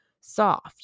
soft